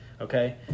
okay